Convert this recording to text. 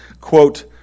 quote